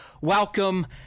Welcome